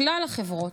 מכלל החברות,